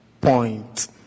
point